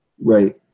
right